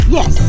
Yes